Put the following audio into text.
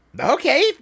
Okay